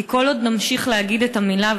כי כל עוד נמשיך להגיד את המילה,